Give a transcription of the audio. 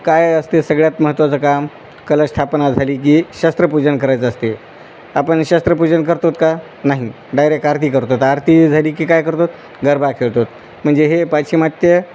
काय असते सगळ्यात महत्त्वाचं काम कलश स्थापना झाली की शस्त्र पूजन करायचं असते आपण शस्त्र पूजन करतो का नाही डायरेक्ट आरती करतो आरती झाली की काय करतो गरबा खेळतो म्हणजे हे पाश्चिमात्य